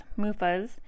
MUFAs